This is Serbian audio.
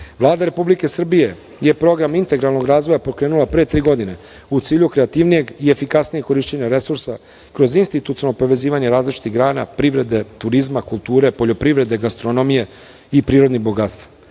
Republike Srbije je program integralnog razvoja pokrenula pre tri godine u cilju kreativnijeg i efikasnijeg korišćenja resursa, kroz institucionalno povezivanje različitih grana privrede, turizma, kulture, poljoprivrede, gastronomije i prirodnih bogatstava.